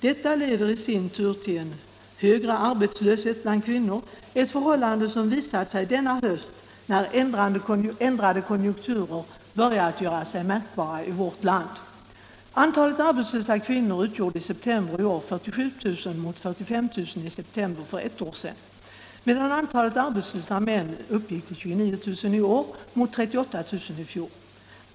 Detta leder i sin tur till högre arbetslöshet bland kvinnor, ett förhållande som visat sig denna höst när ändrade konjunkturer börjat göra sig märkbara i vårt land. Antalet arbetslösa kvinnor utgjorde i september i år 47 000 mot 45 000 i september 1974, medan antalet arbetslösa män uppgick till 29 000 i år mot 38 000 i fjol.